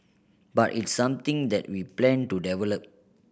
but it's something that we plan to develop